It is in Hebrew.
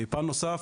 פן נוסף,